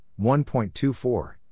1.24